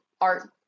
art